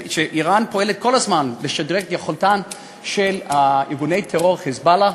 שאיראן פועלת כל הזמן לשדרג את יכולתם של ארגוני הטרור "חיזבאללה",